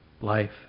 life